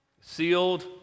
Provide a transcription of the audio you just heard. Sealed